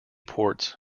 ports